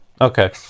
Okay